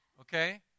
okay